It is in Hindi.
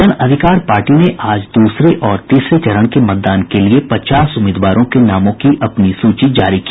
जन अधिकार पार्टी ने आज दूसरे और तीसरे चरण के मतदान के लिए पचास उम्मीदवारों के नामों की अपनी सूची जारी की